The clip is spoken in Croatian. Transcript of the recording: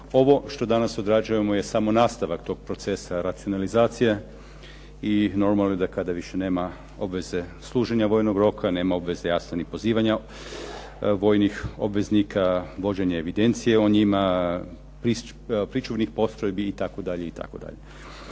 Ovo što danas odrađujemo je samo nastavak tog procesa racionalizacije i normalno da kada više nama obveze služenja vojnog roka, nema obveze jasno ni pozivanja vojnih obveznika, vođenje evidencije o njima, pričuvnih postrojbi, itd.,